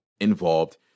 involved